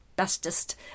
bestest